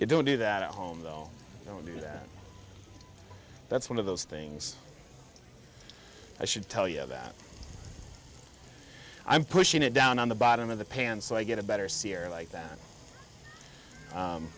you don't do that at home though don't do that that's one of those things i should tell you that i'm pushing it down on the bottom of the pan so i get a better sierra like that